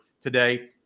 today